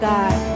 God